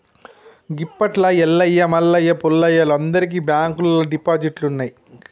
గిప్పట్ల ఎల్లయ్య మల్లయ్య పుల్లయ్యలు అందరికి బాంకుల్లల్ల డిపాజిట్లున్నయ్